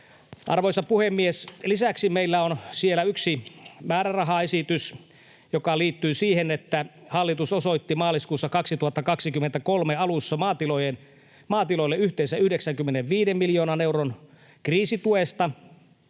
Arvoisa puhemies! Lisäksi meillä on siellä yksi määrärahaesitys, joka liittyy siihen, että hallitus osoitti maaliskuun 2023 alussa maatiloille yhteensä 95 miljoonan euron kriisituen,